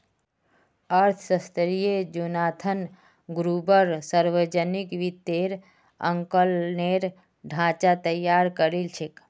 अर्थशास्त्री Jonathan Gruber सावर्जनिक वित्तेर आँकलनेर ढाँचा तैयार करील छेक